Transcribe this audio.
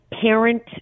parent